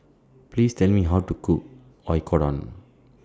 Please Tell Me How to Cook Oyakodon